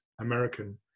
american